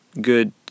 good